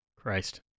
Christ